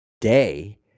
day